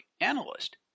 Analyst